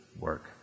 work